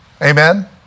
Amen